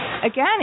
again